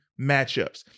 matchups